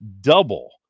double